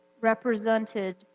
represented